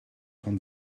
von